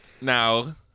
Now